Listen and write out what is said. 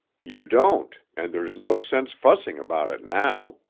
you don't and there's no sense fussing about it now.